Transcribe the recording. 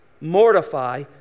Mortify